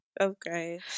Okay